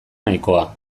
nahikoa